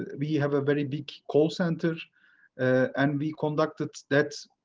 we have a very big call center and we conducted that